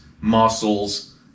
muscles